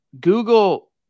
Google